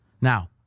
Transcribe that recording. Now